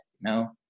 No